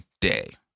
day